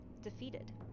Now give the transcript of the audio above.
defeated